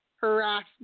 harassment